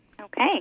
Okay